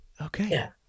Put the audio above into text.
Okay